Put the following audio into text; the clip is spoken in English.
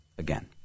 again